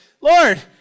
Lord